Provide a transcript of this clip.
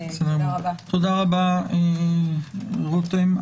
תודה רבה, רותם.